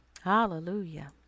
Hallelujah